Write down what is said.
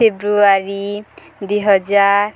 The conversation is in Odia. ଫେବୃଆରୀ ଦୁଇହଜାର